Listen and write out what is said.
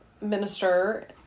minister